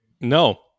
No